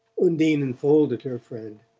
undine enfolded her friend.